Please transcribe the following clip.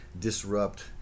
disrupt